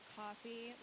coffee